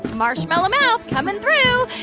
marshmallow mouth coming through.